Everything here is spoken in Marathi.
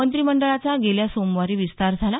मंत्रिमंडळाचा गेल्या सोमवारी विस्तार झाला